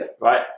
right